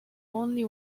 only